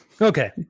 Okay